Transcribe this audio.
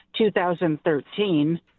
2013